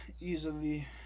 easily